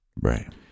right